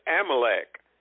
Amalek